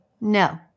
No